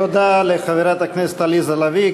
תודה לחברת הכנסת עליזה לביא.